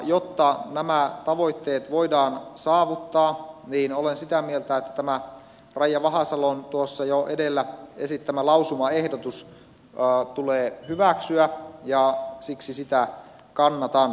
jotta nämä tavoitteet voidaan saavuttaa olen sitä mieltä että tämä raija vahasalon tuossa jo edellä esittämä lausumaehdotus tulee hyväksyä ja siksi sitä kannatan